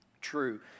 true